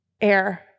air